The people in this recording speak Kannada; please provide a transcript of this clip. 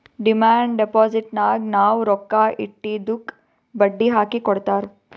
ಡಿಮಾಂಡ್ ಡಿಪೋಸಿಟ್ನಾಗ್ ನಾವ್ ರೊಕ್ಕಾ ಇಟ್ಟಿದ್ದುಕ್ ಬಡ್ಡಿ ಹಾಕಿ ಕೊಡ್ತಾರ್